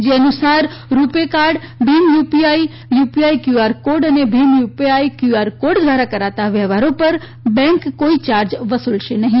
જે અનુસાર રૂપે card Bhim UPI UPI QR code અને ભીમ યુપીઆઇ કયુઆર કોડ ધ્વારા કરાતા વ્યવહારો પર બેંક કોઇ યાર્જ વસુલશે નહી